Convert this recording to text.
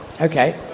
Okay